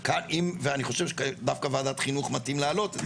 ואני חושב שדווקא בוועדת חינוך מתאים להעלות,